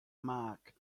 mark